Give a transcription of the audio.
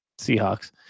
Seahawks